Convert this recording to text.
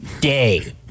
day